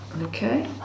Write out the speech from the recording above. Okay